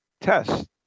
test